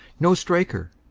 no striker,